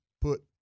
put